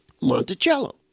Monticello